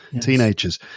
teenagers